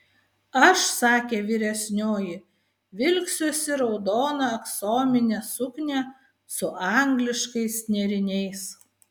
aš sakė vyresnioji vilksiuosi raudoną aksominę suknią su angliškais nėriniais